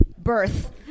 birth